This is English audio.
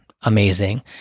amazing